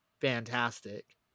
fantastic